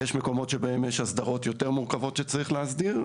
יש מקומות שבהם יש הסדרות יותר מורכבות שצריך להסדיר,